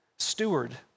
Steward